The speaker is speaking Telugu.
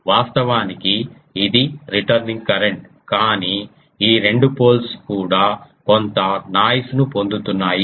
వాస్తవానికి ఇది రిటర్నింగ్ కరెంట్ కానీ ఈ రెండు పోల్స్ కూడా కొంత నాయిస్ ను పొందుతున్నాయి